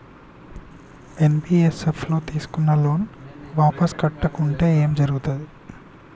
NBFS ల తీస్కున్న loan వాపస్ కట్టకుంటే ఏం జర్గుతది?